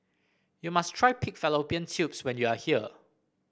you must try Pig Fallopian Tubes when you are here